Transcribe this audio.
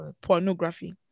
pornography